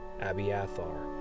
Abiathar